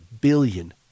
billion